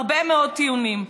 הרבה מאוד טיעונים.